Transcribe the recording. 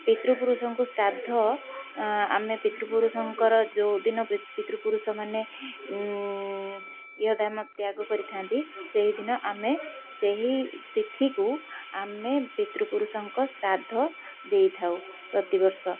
ପିତୃପୁରୁଷଙ୍କୁ ଶ୍ରାଦ୍ଧ ଆମେ ପିତୃପୁରୁଷଙ୍କର ଯେଉଁଦିନ ପିତୃପୁରୁଷମାନେ ଇହଧାମ ତ୍ୟାଗ କରିଥାନ୍ତି ସେହିଦିନ ଆମେ ସେହି ତିଥିକୁ ଆମେ ପିତୃପୁରୁଷଙ୍କ ଶ୍ରାଦ୍ଧ ଦେଇଥାଉ ପ୍ରତିବର୍ଷ